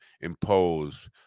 impose